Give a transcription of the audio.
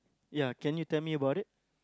ya can you tell me about it